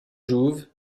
jouve